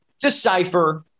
decipher